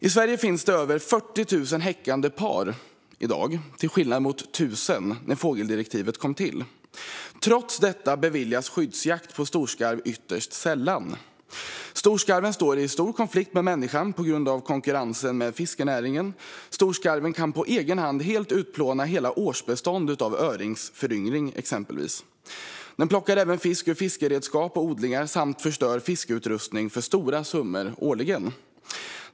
I Sverige finns det i dag över 40 000 häckande par, till skillnad mot 1 000 när fågeldirektivet kom till. Trots detta beviljas skyddsjakt på storskarv ytterst sällan. Storskarven står i stor konflikt med människan på grund av konkurrensen med fiskenäringen. Storskarven kan på egen hand utplåna hela årsbestånd av öringsföryngring, exempelvis. Den plockar även fisk ur fiskeredskap och odlingar samt förstör fiskeutrustning för stora summor årligen.